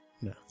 No